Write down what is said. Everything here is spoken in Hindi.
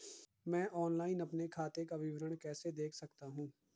मैं ऑनलाइन अपने खाते का विवरण कैसे देख सकता हूँ?